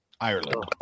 Ireland